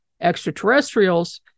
extraterrestrials